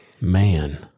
Man